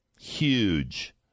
huge